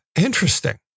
Interesting